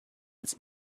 als